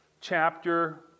chapter